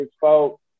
folks